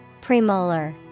Premolar